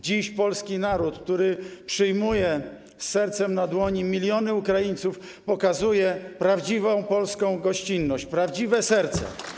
Dziś polski naród, który przyjmuje z sercem na dłoni miliony Ukraińców, pokazuje prawdziwą polską gościnność, prawdziwe serce.